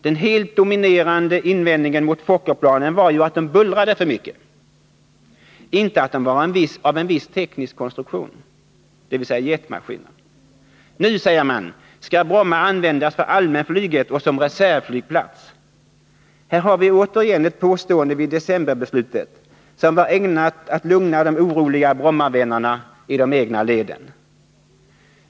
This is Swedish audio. Den helt dominerande invändningen mot Fokkerplanen var ju att de bullrade för mycket — inte att de var av en viss teknisk konstruktion, dvs. jetmaskiner. Nu, säger man, skall Bromma användas för allmänflyget och som reservflygplats. Här har vi återigen ett påstående vid decemberbeslutet som var ägnat att lugna de oroliga Brommavännerna i de egna leden.